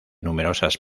numerosas